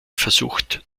versucht